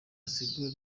asigura